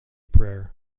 prayer